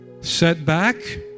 Setback